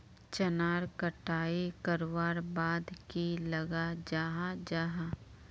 चनार कटाई करवार बाद की लगा जाहा जाहा?